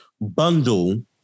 bundle